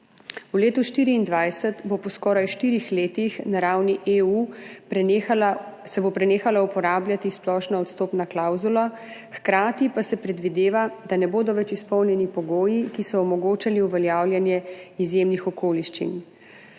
V letu 2024 se bo po skoraj štirih letih na ravni EU prenehala uporabljati splošna odstopna klavzula, hkrati pa se predvideva, da ne bodo več izpolnjeni pogoji, ki so omogočali uveljavljanje izjemnih okoliščin.